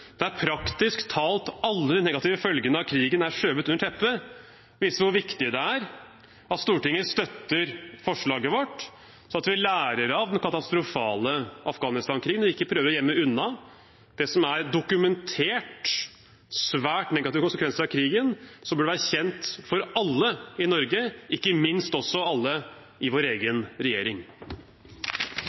praktisk talt alle de negative følgene av krigen er skjøvet under teppet, viser hvor viktig det er at Stortinget støtter forslaget vårt, sånn at vi lærer av den katastrofale Afghanistan-krigen og ikke prøver å gjemme unna det som er dokumenterte, svært negative konsekvenser av krigen, og som burde være kjent for alle i Norge, ikke minst for alle i vår egen regjering.